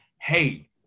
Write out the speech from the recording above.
hey